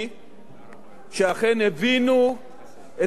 שאכן הבינו את דחיפות העניין,